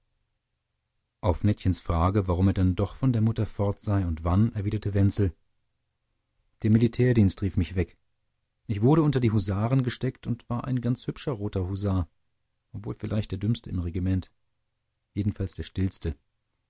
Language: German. auf nettchens frage warum er denn doch von der mutter fort sei und wann erwiderte wenzel der militärdienst rief mich weg ich wurde unter die husaren gesteckt und war ein ganz hübscher roter husar obwohl vielleicht der dümmste im regiment jedenfalls der stillste